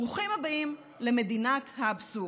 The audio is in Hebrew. ברוכים הבאים למדינת האבסורד.